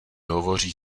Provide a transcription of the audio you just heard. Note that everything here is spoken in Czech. hovoří